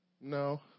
No